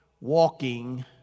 Walking